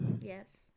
Yes